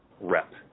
REP